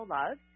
love